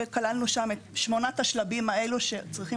וכללנו שם את שמונת השלבים הללו שצריכים